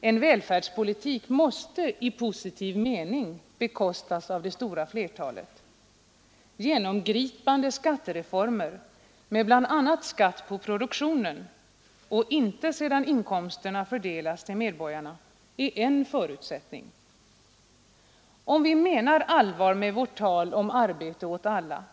En välfärdspolitik måste i positiv mening bekostas av det stora flertalet. Genomgripande skattereformer med bl.a. skatt på produktionen och inte sedan inkomsterna fördelats till medborgarna är en förutsättning. Menar vi allvar med vårt tal om arbete åt alla